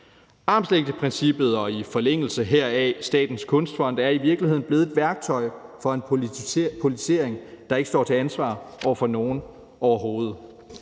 Armslængdeprincippet og i forlængelse heraf Statens Kunstfond er i virkeligheden blevet et værktøj for en politisering, der ikke står til ansvar over for nogen overhovedet.